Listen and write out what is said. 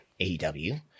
AEW